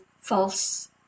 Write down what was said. false